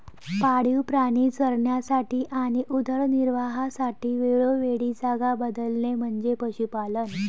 पाळीव प्राणी चरण्यासाठी आणि उदरनिर्वाहासाठी वेळोवेळी जागा बदलणे म्हणजे पशुपालन